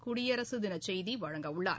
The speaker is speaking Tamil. குடியரசு தின செய்தி வழங்கவுள்ளார்